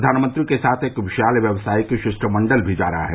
प्रधानमंत्री के साथ एक विशाल व्यावसायिक शिष्टमंडल भी जा रहा है